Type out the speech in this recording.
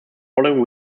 following